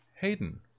Hayden